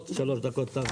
תמתין עוד שלוש דקות.